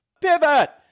pivot